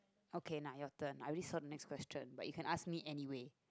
okay nah your turn I already saw the next question but you can ask me anyway